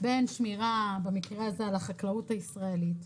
בין שמירה במקרה הזה על החקלאות הישראלית,